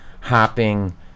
hopping